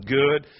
good